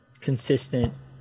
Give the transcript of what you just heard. Consistent